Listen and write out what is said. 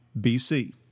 BC